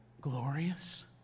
glorious